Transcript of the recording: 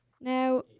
Now